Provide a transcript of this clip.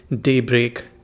daybreak